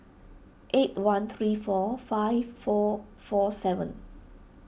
eight one three four five four four seven